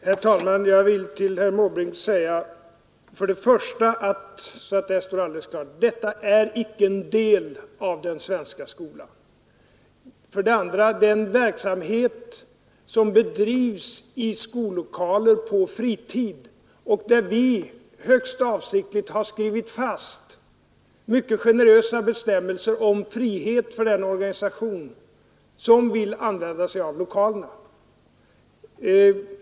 Herr talman! Jag vill till herr Måbrink för det första säga, så att det står alldeles klart, att den här verksamheten är icke en del av den svenska skolan. För det andra gäller det här en verksamhet som bedrivs i skollokaler på fritid, och där har vi högst avsiktligt skrivit fast mycket generösa bestämmelser om frihet för den organisation som vill använda sig av lokalerna.